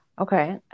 Okay